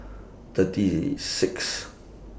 thirty Sixth